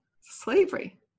slavery